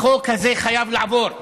החוק הזה חייב לעבור.